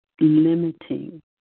limiting